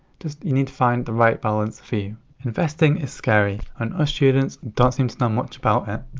just, you need to find the right balance for you. investing is scary. and us students don't seem to know much about it.